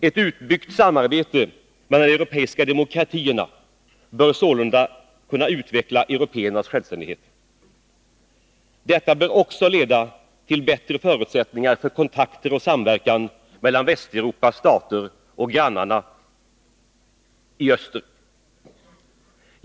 Ett utbyggt samarbete mellan de europeiska demokratierna bör sålunda kunna utveckla européernas självständighet. Detta bör också leda till bättre förutsättningar för kontakter och samverkan mellan Västeuropas stater och grannarna i öster.